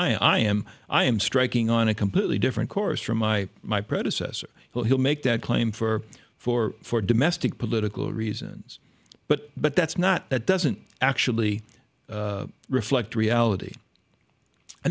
i am i am striking on a completely different course from my my predecessor well he'll make that claim for for for domestic political reasons but but that's not that doesn't actually reflect reality i